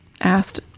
asked